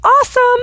awesome